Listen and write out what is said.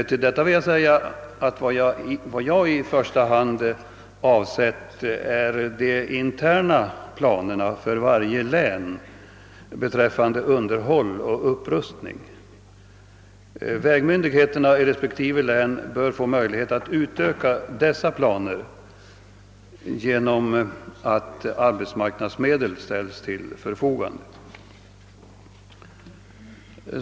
Till detta vill jag säga, att vad jag i första hand avsett är de interna planerna för varje län beträffande underhåll och upprustning. Vägmyndigheterna i respektive län bör få möjlighet att utöka dessa planer genom att arbetsmarknadsmedel ställs till förfogande.